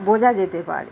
বোঝা যেতে পারে